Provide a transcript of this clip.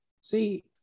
See